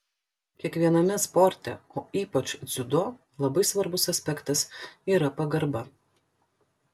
kiekviename sporte o ypač dziudo labai svarbus aspektas yra pagarba